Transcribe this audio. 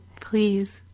Please